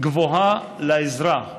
גבוהה לאזרח,